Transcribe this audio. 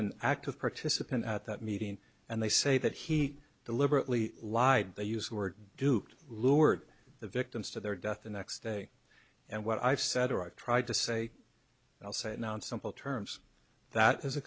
an active participant at that meeting and they say that he deliberately lied they used were duped lured the victims to their death the next day and what i've said or i've tried to say i'll say it now and simple terms that is a